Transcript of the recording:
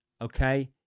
okay